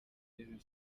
n’izindi